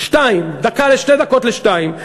שתי דקות ל-14:00.